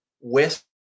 West